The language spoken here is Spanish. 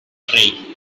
rey